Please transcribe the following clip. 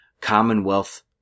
commonwealth